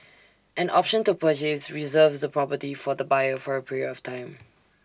an option to purchase reserves the property for the buyer for A period of time